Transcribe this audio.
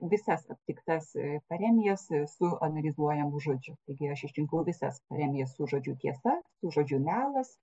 visas aptiktas paremijas su su analizuojamu žodžiu taigi aš išrinkau visas paremijas su žodžiu tiesa su žodžiu melas